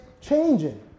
changing